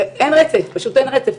אין רצף, פשוט אין רצף.